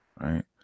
right